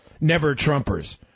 never-Trumpers